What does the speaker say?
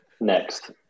Next